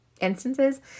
instances